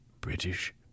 British